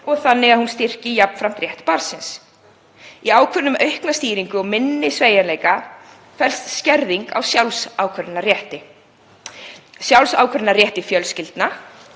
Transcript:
og þannig að hún styrki jafnframt rétt barnsins. Í ákvörðun um aukna stýringu og minni sveigjanleika felst skerðing á sjálfsákvörðunarrétti fjölskyldna